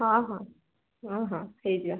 ହଁ ହଁ ହଁ ହଁ ହେଇଯିବ